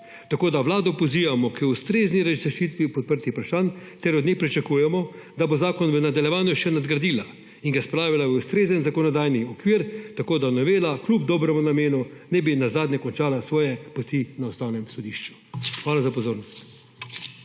Tako da Vlado pozivamo k ustrezni rešitvi odprtih vprašanj ter od nje pričakujemo, da bo zakon v nadaljevanju še nadgradila in ga spravila v ustrezen zakonodajni okvir, tako da novela kljub dobremu namenu ne bi nazadnje končala svoje poti na Ustavnem sodišču. Hvala za pozornost.